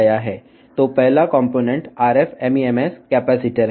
కాబట్టి మొదటి భాగం RF MEMS కెపాసిటర్